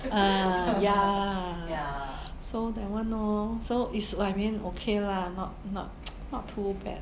ah ya so that [one] orh so it's I mean okay lah not not not too bad